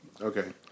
Okay